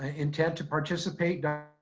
ah intent to participate